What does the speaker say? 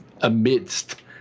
amidst